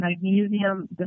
magnesium